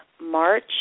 march